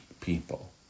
people